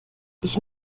ich